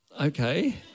Okay